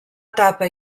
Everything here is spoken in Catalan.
etapa